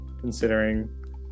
considering